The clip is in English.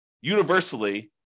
universally